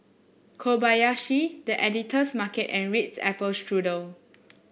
Kobayashi The Editor's Market and Ritz Apple Strudel